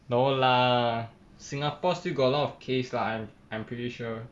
no lah singapore still got a lot of case lah I'm I'm pretty sure